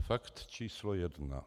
Fakt číslo jedna.